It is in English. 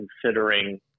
considering